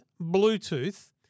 Bluetooth